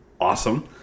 awesome